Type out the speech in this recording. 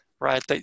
Right